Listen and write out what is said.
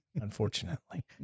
unfortunately